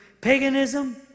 paganism